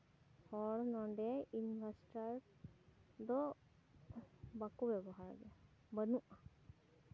ᱦᱚᱲ ᱱᱚᱰᱮ ᱤᱱᱵᱷᱟᱨᱴᱟᱨ ᱫᱚ ᱵᱟᱠᱚ ᱵᱮᱵᱚᱦᱟᱨ ᱜᱮᱭᱟ ᱵᱟᱹᱱᱩᱜᱼᱟ